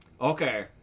Okay